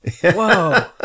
Whoa